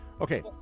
Okay